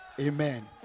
Amen